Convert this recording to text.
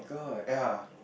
ya